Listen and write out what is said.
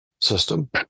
System